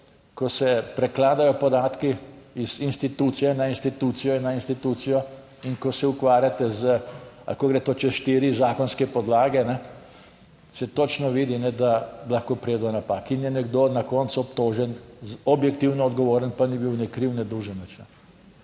ko se prekladajo podatki iz institucije na institucijo in na institucijo in ko se ukvarjate z, ko gre to čez štiri zakonske podlage, se točno vidi, da lahko pride do napak in je nekdo na koncu obtožen, objektivno odgovoren, pa ni bil ne kriv ne dolžen nihče.